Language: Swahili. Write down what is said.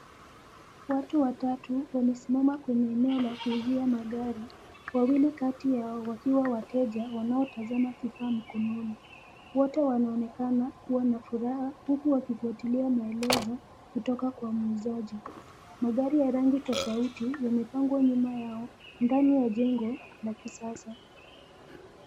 Watu watatu wamesimama kwenye eneo la kuuzia magari. Wawili kati yao wakiwa wateja wanaotazama kifaa mkononi. Wote wanaonekana kuwa na furaha huku wakifuatilia maelezo kutoka kwa muuzaji. Magari ya rangi tofauti yamepangwa nyuma yao ndani ya jengo la kisasa.